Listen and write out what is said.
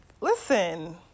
listen